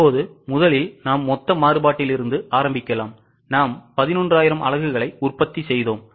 இப்போது முதலில் மொத்த மாறுபாட்டிலிருந்து ஆரம்பிக்கலாம் நாம் 11000 அலகுகளை உற்பத்தி செய்தோம்